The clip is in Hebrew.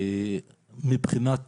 מבחינת